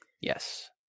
Yes